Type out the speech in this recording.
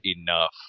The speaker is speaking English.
enough